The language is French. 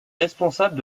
responsable